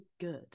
good